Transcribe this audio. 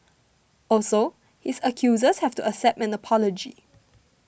also his accusers have to accept an apology